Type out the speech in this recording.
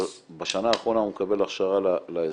בשנה האחרונה הוא מקבל הכשרה לאזרחות,